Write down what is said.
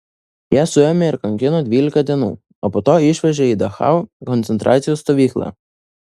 ją suėmė ir kankino dvylika dienų o po to išvežė į dachau koncentracijos stovyklą